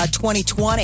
2020